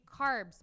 carbs